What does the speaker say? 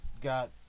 got